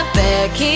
back